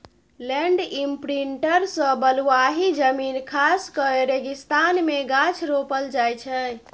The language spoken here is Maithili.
लैंड इमप्रिंटर सँ बलुआही जमीन खास कए रेगिस्तान मे गाछ रोपल जाइ छै